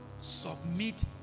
Submit